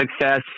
success